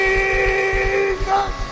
Jesus